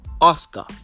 Oscar